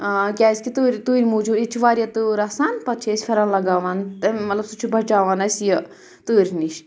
کیٛازِکہِ تۭرِ تۭرِ موٗجوٗب ییٚتہِ چھِ واریاہ تۭر آسان پَتہٕ چھِ أسۍ پھٮ۪رَن لَگاوان مطلب سُہ چھُ بَچاوان اَسہِ یہِ تۭرِ نِش